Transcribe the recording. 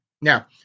Now